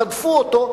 רדפו אותו,